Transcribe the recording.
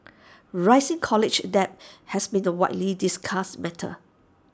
rising college debt has been the widely discussed matter